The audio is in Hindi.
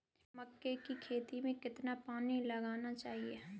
मक्के की खेती में कितना पानी लगाना चाहिए?